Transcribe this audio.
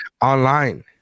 online